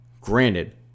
granted